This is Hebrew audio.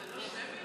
זה לא שמי?